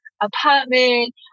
apartment